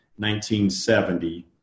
1970